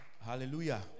Hallelujah